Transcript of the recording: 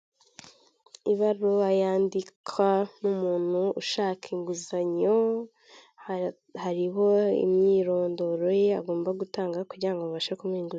Ibaruwa yandikwa n'umuntu ushaka inguzanyo hariho imyirondoro ye agomba gutanga kugira abashe kubona inguzanyo.